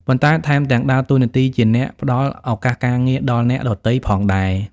ប៉ុន្តែថែមទាំងដើរតួនាទីជាអ្នក ផ្តល់ឱកាសការងារដល់អ្នកដទៃ ផងដែរ។